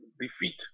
defeat